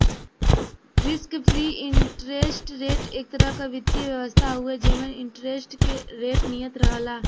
risk free interest rate एक तरह क वित्तीय व्यवस्था हउवे जेमन इंटरेस्ट रेट नियत रहला